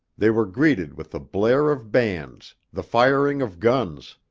they were greeted with the blare of bands, the firing of guns,